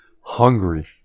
hungry